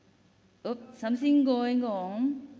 ah something going on.